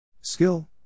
Skill